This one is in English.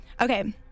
Okay